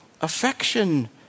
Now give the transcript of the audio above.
affection